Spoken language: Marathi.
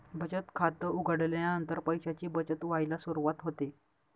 बचत खात उघडल्यानंतर पैशांची बचत व्हायला सुरवात होते